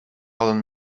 hadden